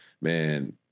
Man